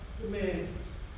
demands